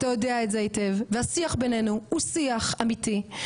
אתה יודע את זה היטב והשיח בינינו הוא שיח אמיתי,